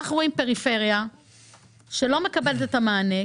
אנחנו רואים פריפריה שלא מקבלת את המענה,